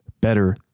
better